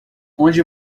onde